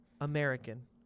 American